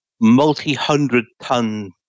multi-hundred-ton